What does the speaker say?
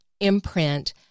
imprint